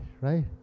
right